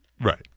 Right